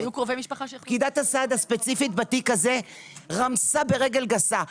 פקידת הסעד הספציפית בתיק הזה רמסה ברגל גסה.